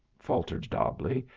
faltered dobbleigh,